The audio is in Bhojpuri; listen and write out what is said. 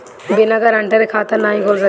बिना गारंटर के खाता नाहीं खुल सकेला?